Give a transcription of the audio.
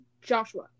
joshua